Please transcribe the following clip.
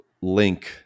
link